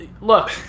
Look